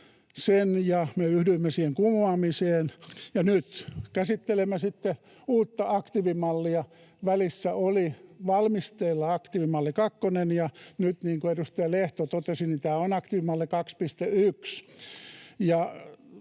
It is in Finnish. sen, ja me yhdyimme siihen kumoamiseen. Nyt käsittelemme sitten uutta aktiivimallia. Välissä oli valmisteilla aktiivimalli kakkonen, ja nyt, niin kuin edustaja Lehto totesi, tämä on aktiivimalli 2.1.